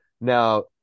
Now